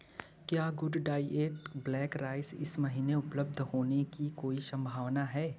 क्या good diet black rice इस महीने उपलब्ध होने की कोई सम्भावना है